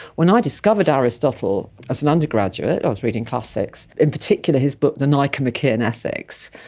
when i discovered aristotle as an undergraduate, i was reading class six, in particular his book the nicomachean ethics,